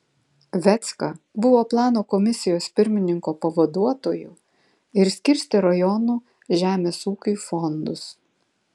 vecka buvo plano komisijos pirmininko pavaduotoju ir skirstė rajonų žemės ūkiui fondus